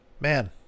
man